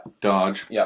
dodge